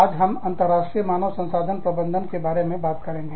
आज हम अंतर्राष्ट्रीय मानव संसाधन प्रबंधन के बारे में बात करेंगे